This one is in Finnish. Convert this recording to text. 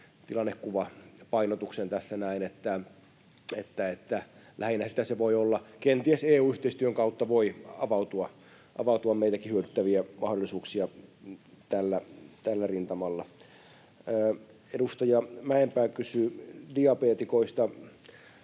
tilannekuvapainotuksen tässä näin, että lähinnähän kenties EU-yhteistyön kautta voi avautua meitäkin hyödyttäviä mahdollisuuksia tällä rintamalla. Edustaja Mäenpää kysyi diabeetikoista: